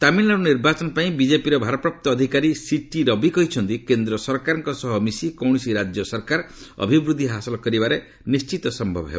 ତାମିଲନାଡୁ ନିର୍ବାଚନ ପାଇଁ ବିଜେପିର ଭାରପ୍ରାପ୍ତ ଅଧିକାରୀ ସିଟି ରବି କହିଛନ୍ତି କେନ୍ଦ୍ର ସରକାରଙ୍କ ସହ ମିଶି କୌଣସି ରାଜ୍ୟ ସରକାର ଅଭିବୃଦ୍ଧି ହାସଲ କରିବାର ନିଶ୍ଚିତ ସମ୍ଭବ ହେବ